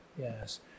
yes